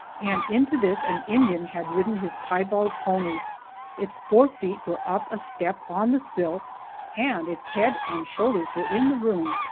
and into this an indian had ridden his piebald pony its forefeet were up a step on the sill and its head and shoulders were in the room,